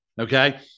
Okay